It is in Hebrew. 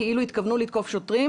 כאילו התכוונו לתקוף שוטרים,